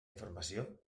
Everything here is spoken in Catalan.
informació